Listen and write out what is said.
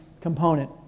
component